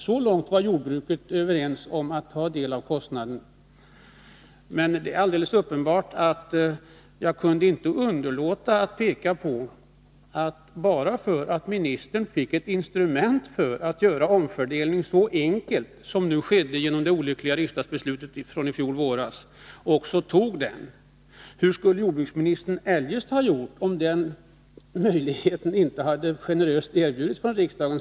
Så långt var jordbruket införstått med att svara för en del av kostnaderna. Men jag kunde självfallet inte underlåta att peka på att jordbruksministern fick ett instrument för att göra omfördelningen så enkelt som skedde genom det olyckliga riksdagsbeslutet från i våras och att han också tog den chansen. Men hur skulle jordbruksministern ha gjort, om inte denna möjlighet generöst hade erbjudits av riksdagen?